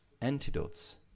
antidotes